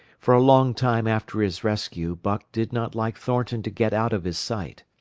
for a long time after his rescue, buck did not like thornton to get out of his sight.